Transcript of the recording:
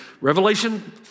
Revelation